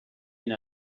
been